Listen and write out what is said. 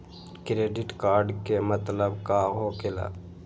Credit card के मतलब का होकेला?